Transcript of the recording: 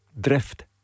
drift